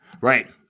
Right